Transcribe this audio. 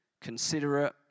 considerate